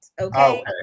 Okay